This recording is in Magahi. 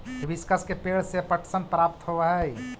हिबिस्कस के पेंड़ से पटसन प्राप्त होव हई